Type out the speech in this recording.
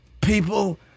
people